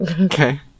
Okay